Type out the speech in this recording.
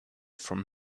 from